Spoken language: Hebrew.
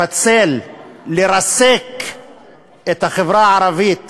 לפצל, לרסק את החברה הערבית